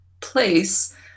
place